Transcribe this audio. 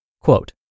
Quote